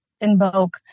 invoke